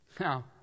Now